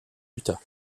utah